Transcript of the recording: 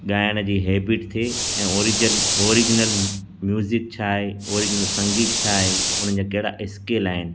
ॻाइण जी हेबिट थिए ऐं ऑरिजन ऑरिजनल म्यूज़िक छा आहे ऑरिजनल संगीत छा आहे उन्हनि जा कहिड़ा स्केल आहिनि